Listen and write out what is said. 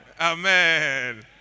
Amen